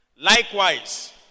Likewise